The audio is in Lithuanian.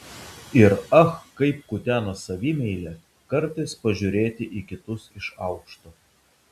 ir ach kaip kutena savimeilę kartais pažiūrėti į kitus iš aukšto